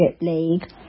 league